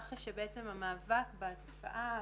ואני גם אשמח לשמוע על ההצגה שעופר מעלה.